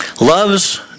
love's